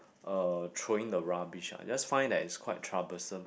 uh throwing the rubbish ah just find that it's quite troublesome